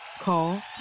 Call